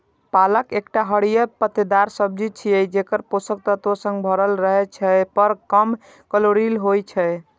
पालक एकटा हरियर पत्तेदार सब्जी छियै, जे पोषक तत्व सं भरल रहै छै, पर कम कैलोरी होइ छै